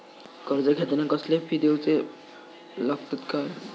कर्ज घेताना कसले फी दिऊचे लागतत काय?